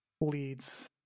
leads